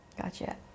Gotcha